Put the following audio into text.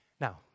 Now